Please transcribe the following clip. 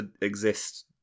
exist